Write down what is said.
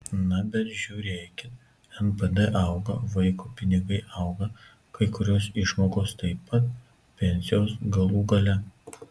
na bet žiūrėkit npd auga vaiko pinigai auga kai kurios išmokos taip pat pensijos galų gale